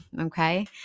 okay